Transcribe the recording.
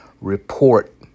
report